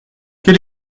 quel